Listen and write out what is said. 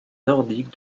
nordique